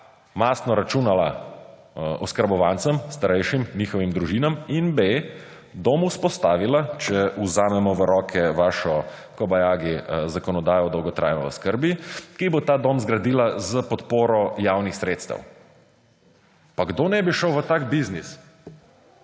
mastno računala oskrbovancem, starejšim, njihovim družinam in b) dom vzpostavila, če vzamemo v roke vašo kobajagi zakonodajo o dolgotrajni oskrbi, ki bo ta dom zgradila s podporo javnih sredstev. Pa kdo ne bi šel v takšen biznis?!